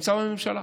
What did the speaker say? נמצא בממשלה.